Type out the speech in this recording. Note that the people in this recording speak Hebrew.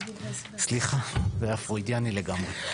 סליחה, זה הפרוידיאני לגמרי.